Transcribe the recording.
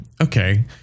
Okay